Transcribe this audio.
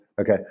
Okay